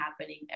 happening